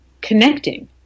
connecting